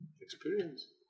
Experience